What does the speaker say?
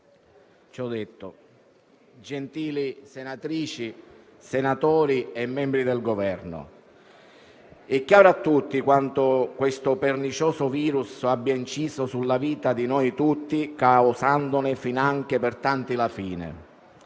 Ciò detto, gentili senatrici, senatori e membri del Governo, è chiaro a tutti quanto questo pernicioso virus abbia inciso sulla vita di tutti noi, finanche causandone la fine,